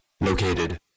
located